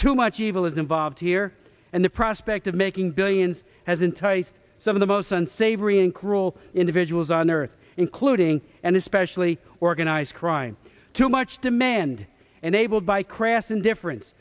too much evil is involved here and the prospect of making billions has enticed some of the most unsavory and cruel individuals on earth including and especially organized crime too much demand and abled by crass indifference